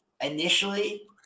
initially